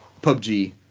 PUBG